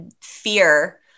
fear